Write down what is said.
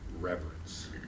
reverence